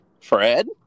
Fred